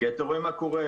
כי אתה רואה מה קורה.